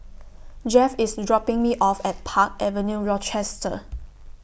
Jeff IS dropping Me off At Park Avenue Rochester